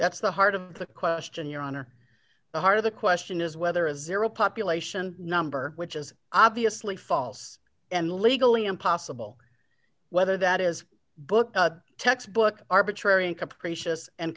that's the heart of the question your honor the heart of the question is whether of zero population number which is obviously false and legally impossible whether that is book text book arbitrary and capricious and